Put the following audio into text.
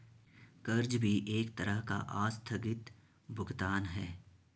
कर्ज भी एक तरह का आस्थगित भुगतान है